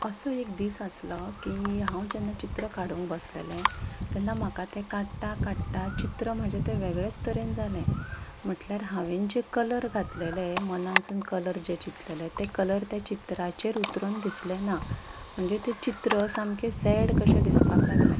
असो एक दीस आसलो की हांव जेन्ना चित्र काडूंक बसलेलें तेन्ना म्हाका तें काडटा काडटा चित्र म्हाजें तें वेगळेंच तरेन जालें म्हटल्यार हांवेंन जे घातलेले मनानसून कलर चिंतलेले जे कलर त्या चित्राचेर उतरून दिसलें ना म्हणजे तें चित्र सामकें सॅड कशें दिसपाक लागलें